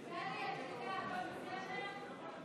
הסתייגות זו נדחתה.